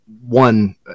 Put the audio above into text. one